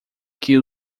que